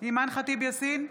אימאן ח'טיב יאסין,